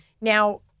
Now